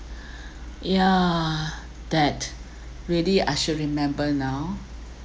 yeah that really I should remember now